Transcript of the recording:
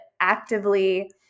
actively